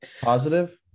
Positive